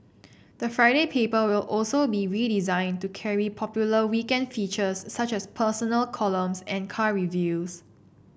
the Friday paper will also be redesigned to carry popular weekend features such as personal columns and car reviews